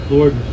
Lord